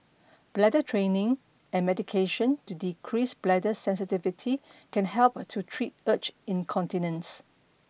bladder training and medication to decrease bladder sensitivity can help to treat urge incontinence